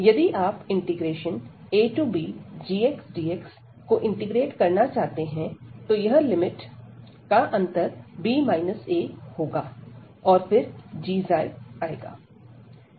यदि आप abgxdx को इंटीग्रेट करना चाहते हैं तो यह लिमिट का अंतर b a होगा और फिर gξआएगा